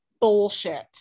bullshit